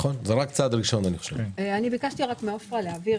רק ביקשתי מעופרה להבהיר,